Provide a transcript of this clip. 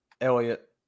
Elliott